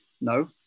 no